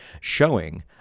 showing